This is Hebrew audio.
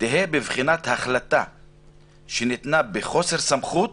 "תהיה בבחינת החלטה שניתנה בחוסר סמכות,